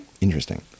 Interesting